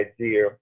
idea